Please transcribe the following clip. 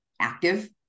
active